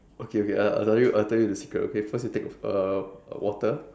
okay okay I'll I'll tell you I'll tell you the secret okay first you take uh water